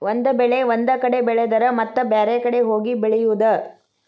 ಒಂದ ಬೆಳೆ ಒಂದ ಕಡೆ ಬೆಳೆದರ ಮತ್ತ ಬ್ಯಾರೆ ಕಡೆ ಹೋಗಿ ಬೆಳಿಯುದ